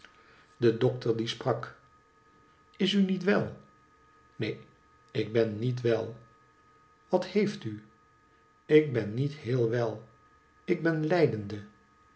de dokter die sprak is u niet wel neen ik ben niet wel wat heeft u ik ben niet heel wel ik ben lijdende